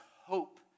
hope